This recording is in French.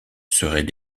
seraient